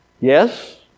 Yes